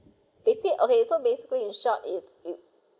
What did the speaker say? they said okay so basically in short it's you